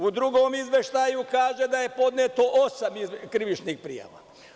U drugom izveštaju se kaže da je podneto osam krivičnih prijava.